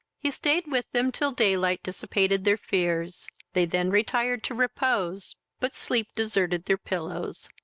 he stayed with them till daylight dissipated their fears they then retired to repose but sleep deserted their pillows.